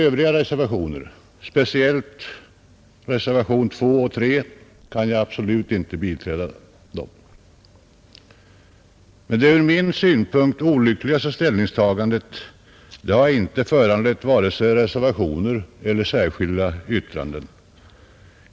Övriga reservationer — och det gäller speciellt reservationerna nr 2 och 3 — kan jag däremot inte biträda, Men det ur min synpunkt olyckligaste ställningstagandet har inte föranlett vare sig reservationer eller särskilda yttranden.